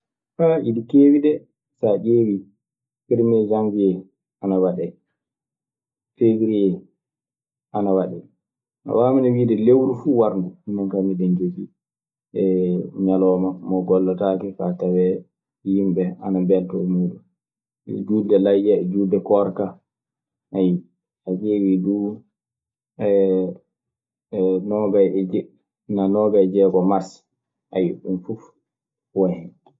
eɗi keewi dee. So a ƴeewii, permiee sanwie ana waɗee, feewrie ana waɗee. No waawrumi wiide lewru fuu warndu minen kaa miɗen jogii eeh ñalawma mo gollataake fa tawee yimɓe ana mbeltoo e muuɗun. Juulde layya e juulde koorka, so a ƴeewii duu, noogay e jeɗɗi naa noogay e jeegon mars, ɗun fuf won hen.